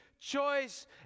choice